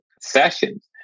sessions